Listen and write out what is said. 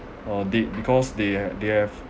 uh dead because they ha~ they have